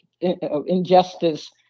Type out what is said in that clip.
injustice